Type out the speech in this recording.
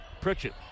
Pritchett